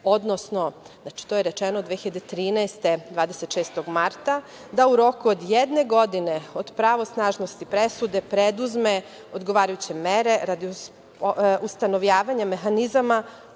odnosno, znači, to je rečeno 26. marta 2013. godine da u roku od jedne godine, od pravosnažnosti presude preduzme odgovarajuće mere radi ustanovljavanja mehanizma